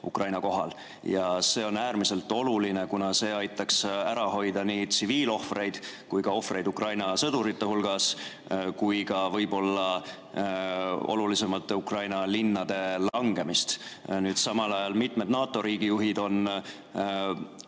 See on äärmiselt oluline, kuna see aitaks ära hoida nii tsiviilohvreid kui ka ohvreid Ukraina sõdurite hulgas ning võib-olla ka olulisemate Ukraina linnade langemist. Samal ajal on mitmed NATO riigijuhid